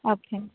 okay